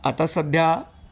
आता सध्या